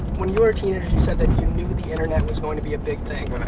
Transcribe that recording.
when you were a teenager you said that you knew the internet was going to be a big thing.